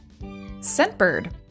Scentbird